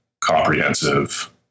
comprehensive